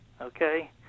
okay